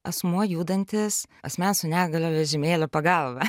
asmuo judantis asmens su negalia vežimėlio pagalba